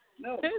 no